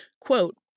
Quote